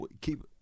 Keep